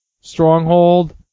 Stronghold